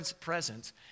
presence